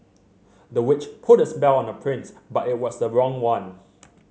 the witch put a spell on the prince but it was the wrong one